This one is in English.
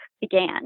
began